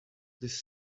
this